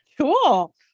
cool